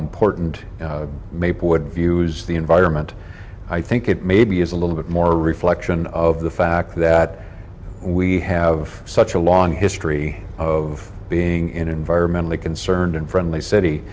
important maplewood views the environment i think it maybe is a little bit more reflection of the fact that we have such a long history of being environmentally concerned and friendly city